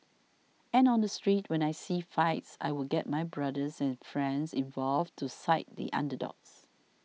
and on the street when I see fights I would get my brothers and friends involved to side the underdogs